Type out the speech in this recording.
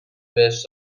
بهش